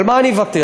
על מה אני אוותר?